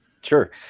Sure